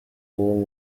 uwo